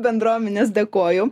bendruomenės dėkoju